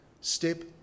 step